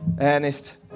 Ernest